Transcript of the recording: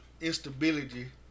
instability